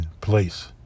place